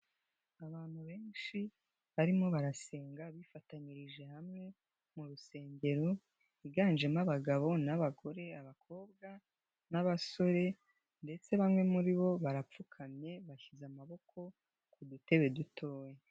Abantu benshi barimo barasenga bifatanyirije hamwe mu rusengero higanjemo abagabo n'abagore, abakobwa n'abasore ndetse bamwe muri bo barapfukamye bashyize amaboko ku dutebe dutoya.